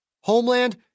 Homeland